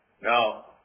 Now